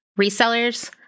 Resellers